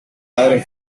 padre